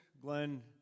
Glenn